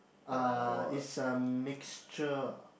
uh is a mixture